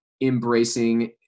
embracing